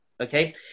Okay